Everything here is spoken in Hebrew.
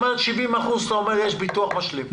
אתה אומר של-70% בעצם יש ביטוח משלים.